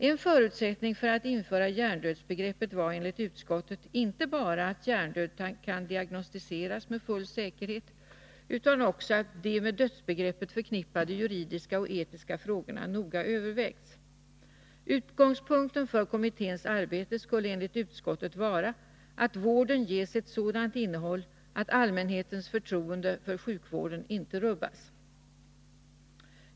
En förutsättning för att införa hjärndödsbegreppet var enligt utskottet inte bara att hjärndöd kan diagnostiseras med full säkerhet utan också att de med dödsbegreppet förknippade juridiska och etiska frågorna noga övervägts. Utgångspunkten för kommitténs arbete skulle enligt utskottet vara att vården ges ett sådant innehåll att allmänhetens förtroende för sjukvården inte rubbas.